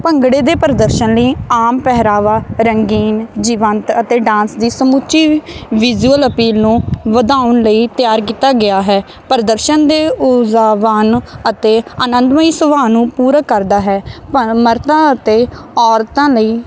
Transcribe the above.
ਭੰਗੜੇ ਦੇ ਪ੍ਰਦਰਸ਼ਨ ਲਈ ਆਮ ਪਹਿਰਾਵਾ ਰੰਗੀਨ ਜੀਵੰਤ ਅਤੇ ਡਾਂਸ ਦੀ ਸਮੁੱਚੀ ਵਿਜੂਅਲ ਅਪੀਲ ਨੂੰ ਵਧਾਉਣ ਲਈ ਤਿਆਰ ਕੀਤਾ ਗਿਆ ਹੈ ਪ੍ਰਦਰਸ਼ਨ ਊਰਜਾਵਾਨ ਅਤੇ ਅਨੰਦਮਈ ਸੁਭਾਅ ਨੂੰ ਪੂਰਾ ਕਰਦਾ ਹੈ ਪ ਮਰਦਾਂ ਅਤੇ ਔਰਤਾਂ ਲਈ